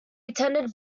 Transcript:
attended